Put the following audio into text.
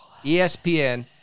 ESPN